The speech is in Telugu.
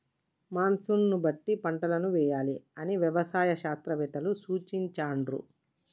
మాన్సూన్ బట్టి పంటలను వేయాలి అని వ్యవసాయ శాస్త్రవేత్తలు సూచించాండ్లు